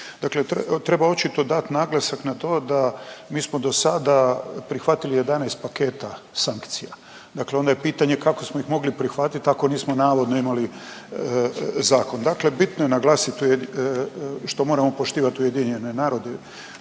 Dakle, treba očito dati naglasak na to da mi smo do sada prihvatili 11 paketa sankcija. Dakle, onda je pitanje kako smo ih mogli prihvatiti ako nismo navodno imali zakon. Dakle, bitno je naglasiti što moramo poštivati UN, što